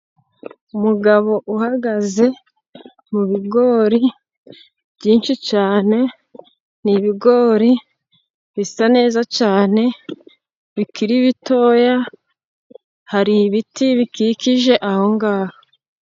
Imugabo uhagaze mu bigori byinshi cyane; ni ibigori bisa neza cyane bikiri bitoya, hari ibiti bikikije ahongaha